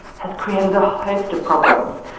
has created a host of problems.